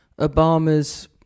Obama's